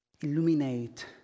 Illuminate